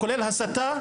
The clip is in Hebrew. כולל הסתה